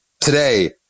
Today